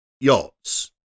yachts